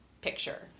picture